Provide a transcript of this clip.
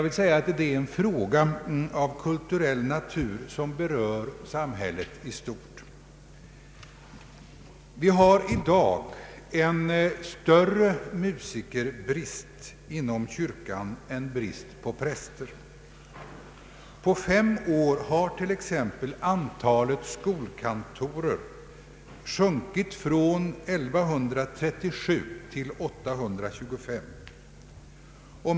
Det är en fråga av kulturell natur som berör samhället i stort. Vi har i dag en musikerbrist inom kyrkan som är större än bristen på präster. På fem år har t.ex. antalet skolkantorer sjunkit från 1137 till 825.